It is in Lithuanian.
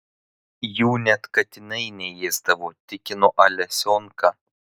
jų net katinai neėsdavo tikino alesionka